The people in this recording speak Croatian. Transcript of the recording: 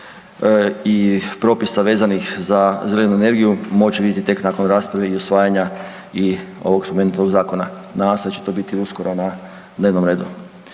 i propisa vezanih za zelenu energiju moći vidjeti tek nakon rasprave i usvajanja i ovog …/Govornik se ne razumije/…zakona. Nadam se da će to biti uskoro na dnevnom redu.